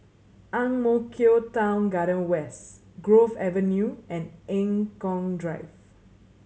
Ang Mo Kio Town Garden West Grove Avenue and Eng Kong Drive